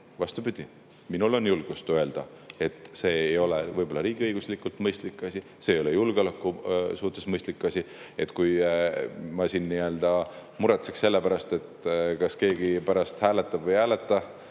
Vastupidi, minul on julgust öelda, et see ei ole võib-olla riigiõiguslikult mõistlik asi, see ei ole julgeoleku mõttes mõistlik asi. Kui ma siin muretseks selle pärast, kas keegi pärast hääletab või ei hääleta